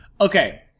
Okay